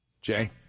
Jay